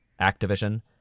Activision